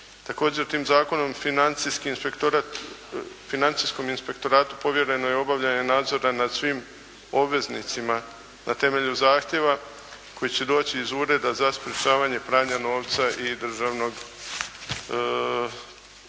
Također tim zakonom Financijskom inspektoratu povjereno je obavljanje nadzora nad svim obveznicima na temelju zahtjeva koji će doći iz Ureda za sprječavanje pranja novca i državnog